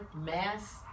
mass